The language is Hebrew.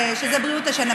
שזה בריאות השן,